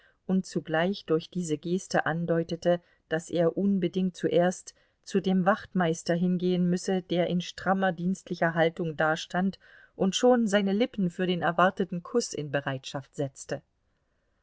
und zugleich durch diese geste andeutete daß er unbedingt zuerst zu dem wachtmeister hingehen müsse der in strammer dienstlicher haltung dastand und schon seine lippen für den erwarteten kuß in bereitschaft setzte